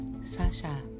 Sasha